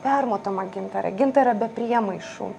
permatomą gintarą gintarą be priemaišų